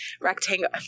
rectangle